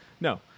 no